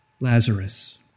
Lazarus